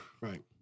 Right